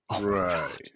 Right